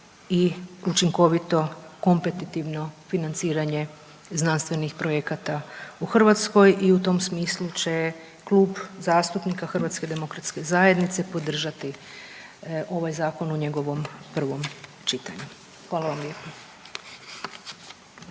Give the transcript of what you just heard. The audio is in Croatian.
i učinkovito kompetitivno financiranje znanstvenih projekata u Hrvatskoj i u tom smislu će Klub zastupnika HDZ-a podržati ovaj zakon u njegovom prvom čitanju. Hvala vam lijepa.